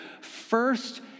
First